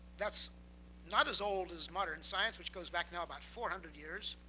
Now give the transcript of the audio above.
that's not as old as modern science, which goes back now about four hundred years.